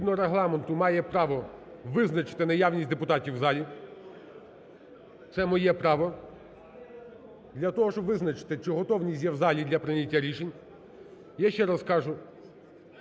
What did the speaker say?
я… Згідно Регламенту має право визначити наявність депутатів в залі, це моє право. Для того, щоб визначити, чи готовність є в залі для прийняття рішень, я ще раз кажу.